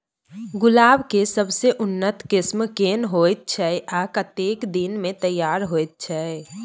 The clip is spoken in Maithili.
गुलाब के सबसे उन्नत किस्म केना होयत छै आ कतेक दिन में तैयार होयत छै?